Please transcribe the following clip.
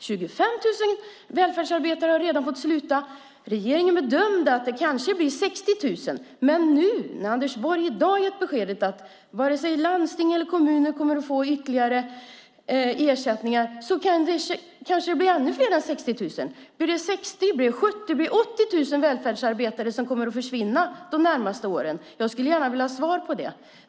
25 000 välfärdsarbetare har redan fått sluta. Regeringen bedömde att det blir 60 000, men nu när Anders Borg i dag gett beskedet att varken landsting eller kommuner kommer att få ytterligare ersättningar kanske det blir ännu fler än 60 000. 70 000 eller 80 000 välfärdsarbetare kan komma att försvinna de närmaste åren. Jag skulle gärna vilja ha svar om detta.